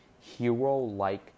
hero-like